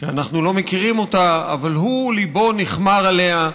שאנחנו לא מכירים אותה, אבל הוא, ליבו נכמר עליה,